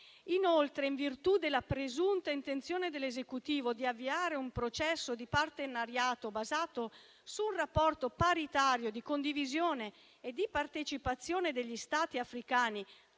Inoltre, in virtù della presunta intenzione dell'Esecutivo di avviare un processo di partenariato basato su un rapporto paritario di condivisione e di partecipazione degli Stati africani